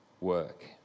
work